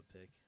pick